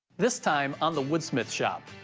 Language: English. this time i'm the wood smith shop.